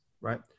right